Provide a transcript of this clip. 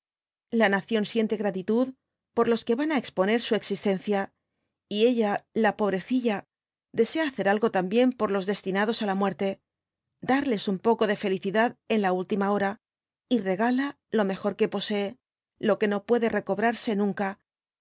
la nación siente gratitud por los que van á exponer su existencia y ella la pobrecilla desea hacer algo también por los destinados á la muerte darles un poco de felicidad en la última hora y regala lo mejor que posee lo que no puede recobrarse nunca